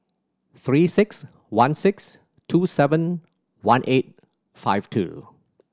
Three Six One six two seven one eight five two